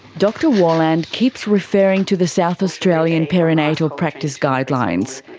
dr warland keeps referring to the south australian perinatal practice guidelines.